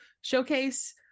Showcase